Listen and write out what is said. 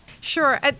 Sure